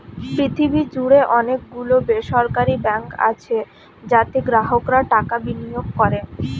পৃথিবী জুড়ে অনেক গুলো বেসরকারি ব্যাঙ্ক আছে যাতে গ্রাহকরা টাকা বিনিয়োগ করে